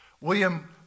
William